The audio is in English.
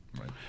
right